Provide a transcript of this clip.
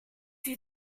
you